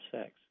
sex